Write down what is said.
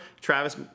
Travis